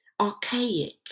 archaic